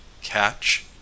Catch